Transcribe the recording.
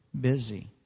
busy